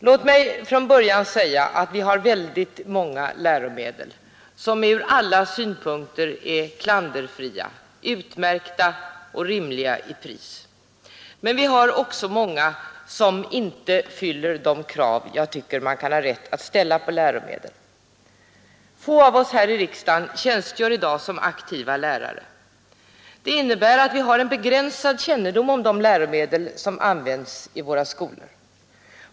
Låt mig från början säga att vi har väldigt många läromedel som från alla synpunkter är klanderfria; det finns många utmärkta läromedel till rimliga priser. Men vi har också många som inte fyller de krav som jag tycker att man har rätt att ställa på läromedel. Få av oss här i riksdagen tjänstgör i dag som aktiva lärare. Det innebär att vi har en begränsad kännedom om de läromedel som används vid skolorna.